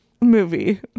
movie